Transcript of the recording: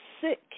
sick